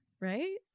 Right